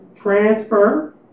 transfer